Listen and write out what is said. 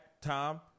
Tom